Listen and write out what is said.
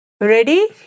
ready